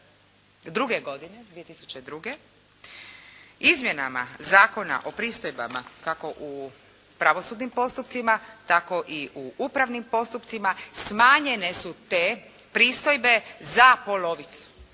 2002. godine izmjenama Zakona o pristojbama kako u pravosudnim postupcima tako i u upravnim postupcima smanjene su te pristojbe za polovicu.